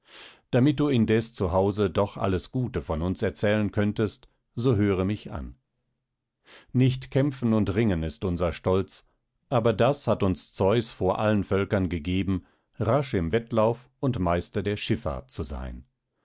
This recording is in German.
damit du indes zu hause doch alles gute von uns erzählen könntest so höre mich an nicht kämpfen und ringen ist unser stolz aber das hat uns zeus vor allen völkern gegeben rasch im wettlauf und meister der schiffahrt zu sein